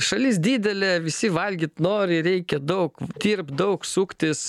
šalis didelė visi valgyt nori reikia daug dirbt daug suktis